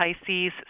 Pisces